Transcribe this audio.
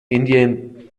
indian